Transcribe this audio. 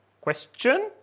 Question